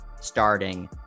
starting